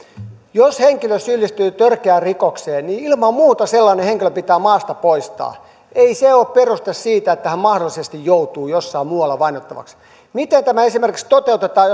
jos henkilö syyllistyy törkeään rikokseen niin ilman muuta sellainen henkilö pitää maasta poistaa ei se ole peruste että hän mahdollisesti joutuu jossain muualla vainottavaksi miten tämä esimerkiksi toteutetaan